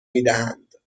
میدهند